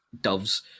doves